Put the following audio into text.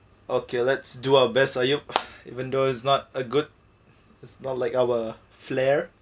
okay let's do our best ayub even though is not a good it's not like our flair